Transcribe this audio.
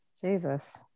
Jesus